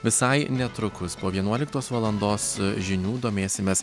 visai netrukus po vienuoliktos valandos žinių domėsimės